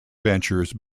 ventures